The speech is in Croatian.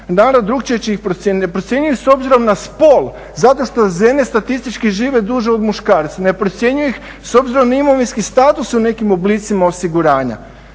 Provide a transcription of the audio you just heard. naravno drukčije će ih procijeniti. Ne procjenjuju ih s obzirom na spol zato što žene statistički žive duže od muškaraca, ne procjenjuju ih s obzirom na imovinski status u nekim oblicima osiguranja.